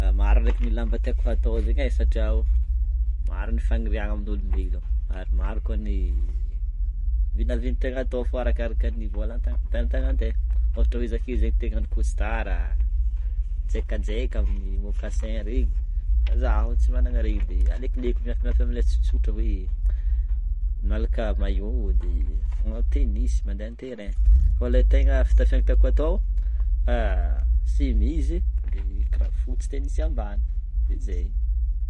Ah maro ndraiky ny lamba tiako hatao zegny e satria o maro ny fagniriagna amin'ny olombelogno ary maro koa ny vinavina tiagna atao fô arakaraka ny vôla an-tagna- ampelatagnan'tegna ôhatra hoe za ake zegny te hagnano costard a, mijaikajaika amin'ny mocassin regny fa zaho tsy managna regny de aleokoleoko miafimiafy amin'le tsotsotra hoe malaka maillot de magnano tennis mandeha an' terrain fô le tegna fitafiana tiako atao semizy de kiraro fotsy, tennis ambany de zay.